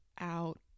out